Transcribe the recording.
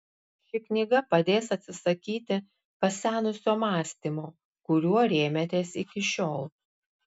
ši knyga padės atsisakyti pasenusio mąstymo kuriuo rėmėtės iki šiol